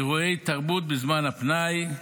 אירועי תרבות בזמן הפנאי,